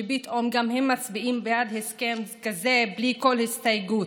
שפתאום גם הם מצביעים בעד הסכם כזה בלי כל הסתייגות.